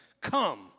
Come